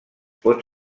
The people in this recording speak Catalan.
pot